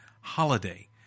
holiday